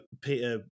Peter